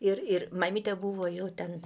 ir ir mamytė buvo jau ten